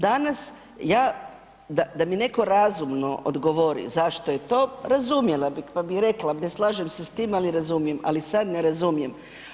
Danas, ja da mi neko razumno odgovori zašto je to, razumjela bih, pa bi rekla ne slažem se s tim, ali razumijem, ali sad ne razumije.